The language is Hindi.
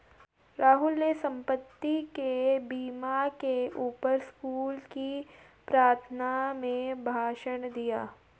राहुल ने संपत्ति के बीमा के ऊपर स्कूल की प्रार्थना में भाषण दिया